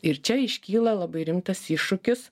ir čia iškyla labai rimtas iššūkis